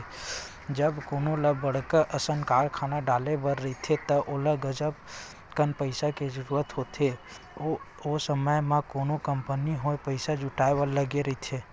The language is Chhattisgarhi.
जब कोनो ल बड़का असन कारखाना डाले बर रहिथे त ओला गजब कन पइसा के जरूरत होथे, ओ समे म कोनो कंपनी होय पइसा जुटाय म लगे रहिथे